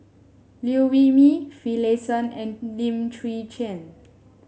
Liew Wee Mee Finlayson and Lim Chwee Chian